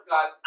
God